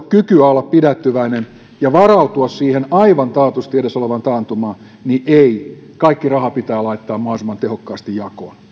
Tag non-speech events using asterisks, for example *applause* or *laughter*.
*unintelligible* kykyä olla pidättyväinen ja varautua siihen aivan taatusti edessä olevaan taantumaan niin ei kaikki raha pitää laittaa mahdollisimman tehokkaasti jakoon